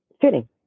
fitting